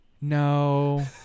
no